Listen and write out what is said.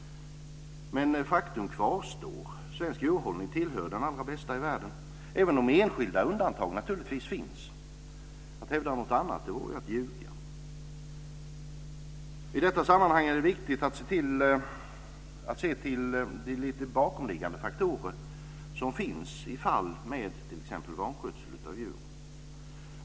Men faktum kvarstår. Svensk djurhållning tillhör de allra bästa i världen, även om enskilda undantag naturligtvis finns. Att hävda någonting annat vore att ljuga. I detta sammanhang är det viktigt att se till de bakomliggande faktorer som finns i fall med t.ex. vanskötsel av djur.